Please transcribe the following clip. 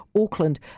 Auckland